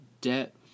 debt